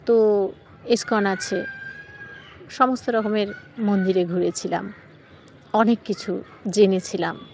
তো ইস্কন আছে সমস্ত রকমের মন্দিরে ঘুরেছিলাম অনেক কিছু জেনেছিলাম